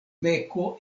beko